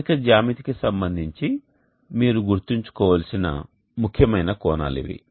స్థానిక జ్యామితికి సంబంధించి మీరు గుర్తుంచుకోవలసిన ముఖ్యమైన కోణాలు ఇవి